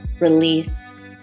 release